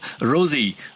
Rosie